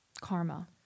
Karma